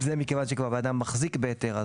מכיוון שאדם כבר מחזיק בהיתר,